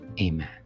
Amen